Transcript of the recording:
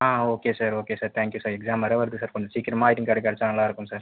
ஆ okay sir okay sir thank you sir exam வேறு வருது sir கொஞ்சம் சீக்கிரமாக ஐடின் கார்டு கெடைச்சா நல்லா இருக்கும் சார்